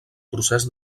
procés